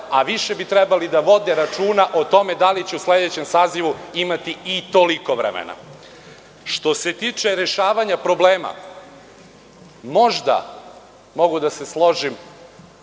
a više bi trebali da vode računa o tome da li će u sledećem sazivu imati i toliko vremena. Što se tiče rešavanja problema, možda mogu da se složim